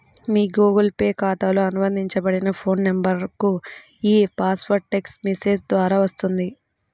మీ Google Pay ఖాతాతో అనుబంధించబడిన phone నంబర్కు ఈ పాస్వర్డ్ టెక్ట్స్ మెసేజ్ ద్వారా వస్తుంది